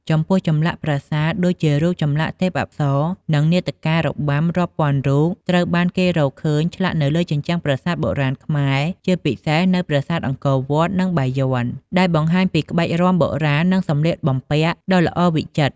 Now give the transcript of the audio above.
ចំពោះ ចម្លាក់ប្រាសាទ ដូចជារូបចម្លាក់ទេពអប្សរ និងនាដការរបាំរាប់ពាន់រូបត្រូវបានគេរកឃើញឆ្លាក់នៅលើជញ្ជាំងប្រាសាទបុរាណខ្មែរ ជាពិសេសនៅប្រាសាទអង្គរវត្ត និងបាយ័ន ដែលបង្ហាញពីក្បាច់រាំបុរាណ និងសម្លៀកបំពាក់ដ៏ល្អវិចិត្រ។